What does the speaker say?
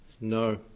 No